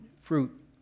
fruit